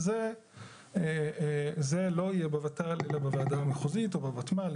זה חוב שלנו מהישיבה הקודמת.